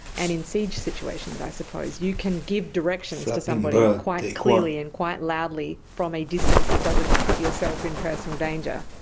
and in siege situations i suppose you can give directions to somebody quite clearly and quite loudly from a distance that doesn't put yourself in personal danger.